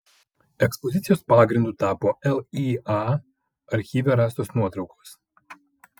ekspozicijos pagrindu tapo lya archyve rastos nuotraukos